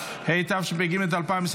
-- התשפ"ג 2023,